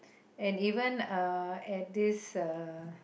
and even at this ah